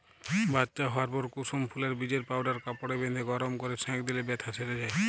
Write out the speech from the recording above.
বাচ্চা হোয়ার পর কুসুম ফুলের বীজের পাউডার কাপড়ে বেঁধে গরম কোরে সেঁক দিলে বেথ্যা সেরে যায়